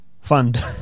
Fund